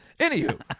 Anywho